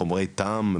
חומרי טעם,